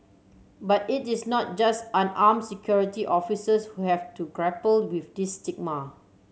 but it is not just unarmed Security Officers who have to grapple with this stigma